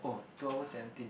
two hours seventeen